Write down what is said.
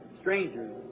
strangers